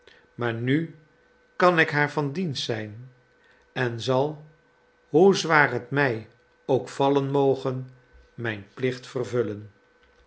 maar nu kan ik haar van dienst zijn en zal hoe zwaar het mij ook vallen moge mijn plicht vervullen